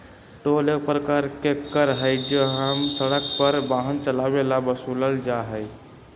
toll एक प्रकार के कर हई जो हम सड़क पर वाहन चलावे ला वसूलल जाहई